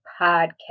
podcast